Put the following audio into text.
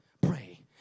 Pray